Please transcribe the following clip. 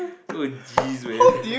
so geez man